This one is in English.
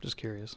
just curious